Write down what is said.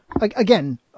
again